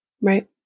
right